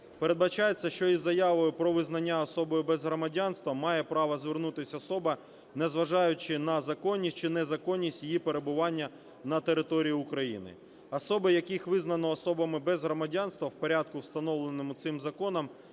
Передбачається, що із заявою про визнання особою без громадянства має право звернутися особа, незважаючи на законність чи незаконність її перебування на території України. Особи, яких визнано особами без громадянства в порядку, встановленому цим законом,